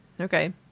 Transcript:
Okay